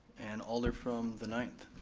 and alder from the ninth.